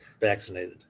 vaccinated